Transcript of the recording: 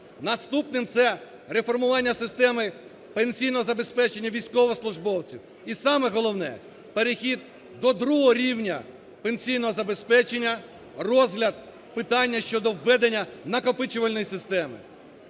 Наступним – це реформування системи пенсійного забезпечення військовослужбовців. І саме головне, перехід до другого рівня пенсійного забезпечення, розгляд питання щодо введення накопичувальної системи.